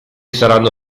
saranno